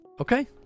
Okay